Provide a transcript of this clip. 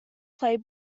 play